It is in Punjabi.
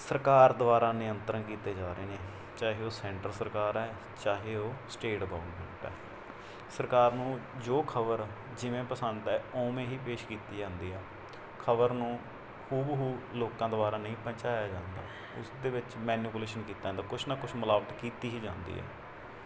ਸਰਕਾਰ ਦੁਆਰਾ ਨਿਯੰਤਰਨ ਕੀਤੇ ਜਾ ਰਹੇ ਨੇ ਚਾਹੇ ਉਹ ਸੈਂਟਰ ਸਰਕਾਰ ਹੈ ਚਾਹੇ ਉਹ ਸਟੇਟ ਤੋਂ ਹੈ ਸਰਕਾਰ ਨੂੰ ਜੋ ਖਬਰ ਜਿਵੇਂ ਪਸੰਦ ਹੈ ਉਵੇਂ ਹੀ ਪੇਸ਼ ਕੀਤੀ ਜਾਂਦੀ ਆ ਖਬਰ ਨੂੰ ਹੂਬਹੂ ਲੋਕਾਂ ਦੁਆਰਾ ਨਹੀਂ ਪਹੁੰਚਾਇਆ ਜਾਂਦਾ ਉਸਦੇ ਵਿੱਚ ਮੈਨੁਪੁਲੇਸ਼ਨ ਕੀਤਾ ਜਾਂਦਾ ਕੁਛ ਨਾ ਕੁਛ ਮਿਲਾਵਟ ਕੀਤੀ ਹੀ ਜਾਂਦੀ ਹੈ